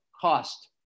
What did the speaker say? cost